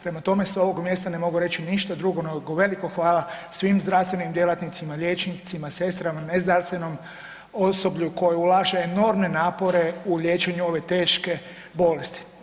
Prema tome s ovog mjesta ne mogu reći ništa drugo nego veliko hvala svim zdravstvenim djelatnicima, liječnicima, sestrama, nezdravstvenom osoblju koje ulaže enormne napore u liječenju ove teške bolesti.